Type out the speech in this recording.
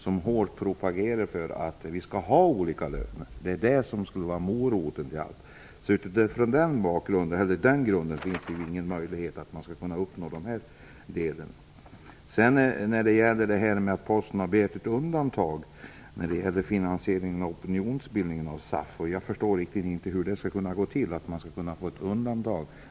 SAF propagerar hårt för att vi skall ha olika löner, eftersom det skulle vara moroten. Det finns ingen möjlighet att uppnå likvärdiga löner på det här sättet. Det sades att Posten har begärt undantag när det gäller finansieringen av SAF:s opinionsbildande verksamhet. Jag förstår inte riktigt hur det skall gå till. Hur skall man kunna få ett undantag?